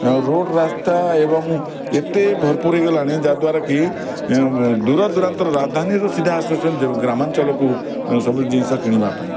road ରାସ୍ତା ଏବଂ ଏତେ ଭରପୂର ହୋଇଗଲାଣି ଯାହା ଦ୍ୱାରା କି ଦୂର ଦୂରାନ୍ତରୁ ରାଜଧାନୀରୁ ସିଧା ଆସୁଛନ୍ତି ଗ୍ରାମାଞ୍ଚଳକୁ ସବୁ ଜିନିଷ କିଣିବା ପାଇଁ